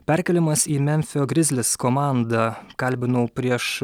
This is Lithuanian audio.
perkeliamas į memfio grizlis komandą kalbinau prieš